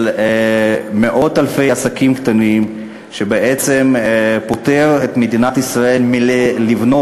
של מאות אלפי עסקים קטנים שבעצם פוטרים את מדינת ישראל מלבנות,